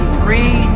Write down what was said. three